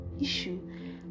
issue